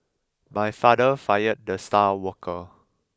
my father fired the star worker